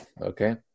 okay